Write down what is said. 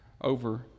over